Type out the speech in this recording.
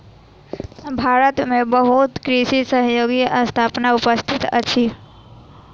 भारत में बहुत कृषि सहयोगी संस्थान उपस्थित अछि